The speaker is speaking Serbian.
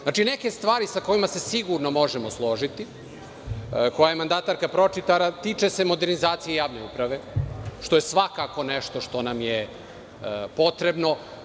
Znači, neke stvari sa kojima se sigurno možemo složiti koje je mandatarka pročitala tiču se modernizacije javne uprave, što je svakako nešto što nam je potrebno.